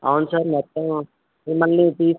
అవును సార్ మొత్తం మళ్ళీ ఫీజ్